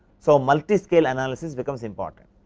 so, multi scale analysis becomes important.